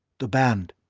the band!